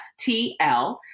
FTL